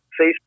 facebook